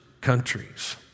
countries